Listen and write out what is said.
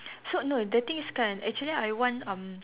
so no the thing is kan actually I want um